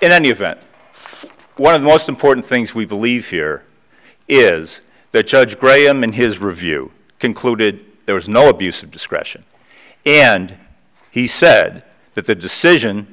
in any event one of the most important things we believe here is that judge graham in his review concluded there was no abuse of discretion and he said that the decision